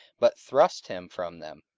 but thrust him from them,